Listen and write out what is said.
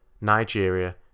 Nigeria